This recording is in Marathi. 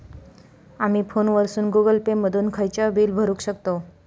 आमी फोनवरसून गुगल पे मधून खयचाव बिल भरुक शकतव